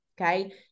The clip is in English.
Okay